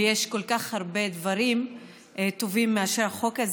ויש כל כך הרבה דברים טובים מאשר החוק הזה